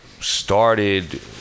started